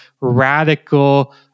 radical